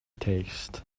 taste